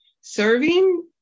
serving